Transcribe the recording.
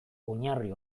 oinarri